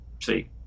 See